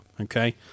Okay